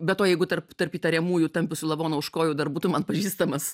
be to jeigu tarp tarp įtariamųjų tampiusių lavoną už kojų dar būtum atpažįstamas